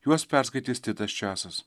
juos perskaitys titas česas